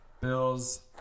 Bills